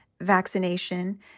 vaccination